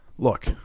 Look